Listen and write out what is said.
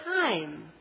time